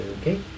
Okay